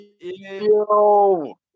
yo